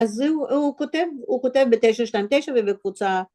אז זה הוא כותב, הוא כותב בתשע שתיים תשע ובקבוצה.